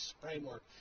framework